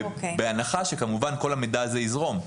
בהנחה שכל המידע הזה יזרום,